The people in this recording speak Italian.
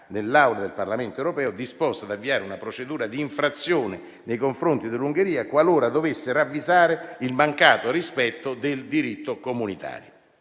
nell'aula del Parlamento europeo disposta ad avviare una procedura di infrazione nei confronti dell'Ungheria qualora dovesse ravvisare il mancato rispetto del diritto comunitario.